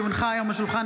כי הונחו היום על שולחן